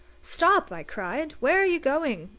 stop! i cried. where are you going?